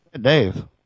dave